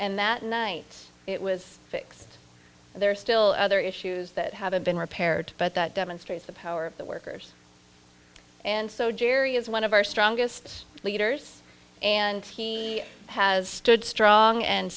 and that night it was fixed and there are still other issues that haven't been repaired but that demonstrates the power of the workers and so jerry is one of our strongest leaders and he has stood strong and